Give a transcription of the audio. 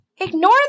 ignore